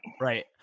Right